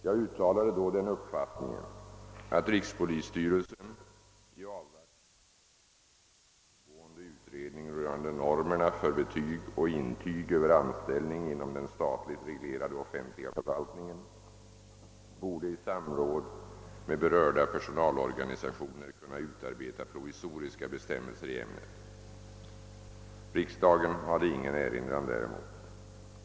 Jag uttalade då den uppfattningen, att rikspolisstyrelsen i avvaktan på resultatet av en pågående utredning rörande normerna för betyg och intyg över anställning inom den statligt reglerade offentliga förvaltningen borde i samråd med berörda personalorganisationer kunna utarbeta provisoriska bestämmelser i ämnet. Riksdagen hade ingen erinran däremot.